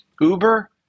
Uber